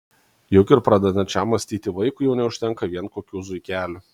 juk ir pradedančiam mąstyti vaikui jau neužtenka vien kokių zuikelių